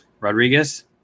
Rodriguez